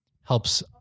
helps